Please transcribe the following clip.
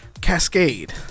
cascade